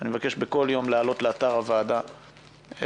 אני מבקש בכל יום להעלות לאתר הוועדה טבלה: